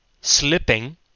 slipping